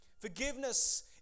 Forgiveness